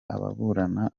ababurana